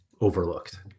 overlooked